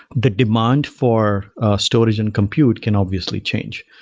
the demand for storage and compute can obviously change.